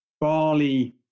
barley